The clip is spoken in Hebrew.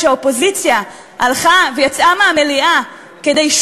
כשהאופוזיציה הלכה ויצאה מהמליאה כדי,